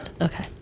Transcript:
Okay